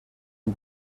and